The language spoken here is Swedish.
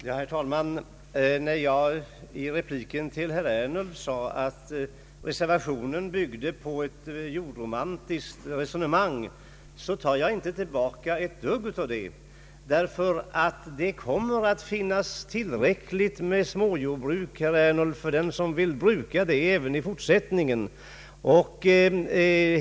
Herr talman! I repliken till herr Ernulf sade jag att reservationen bygger på ett jordromantiskt resonemang, och det tar jag inte tillbaka ett dugg av. Det kommer nämligen att finnas tillräckligt med småjordbruk även i fortsättningen, herr Ernulf, för dem som vill bruka sådana.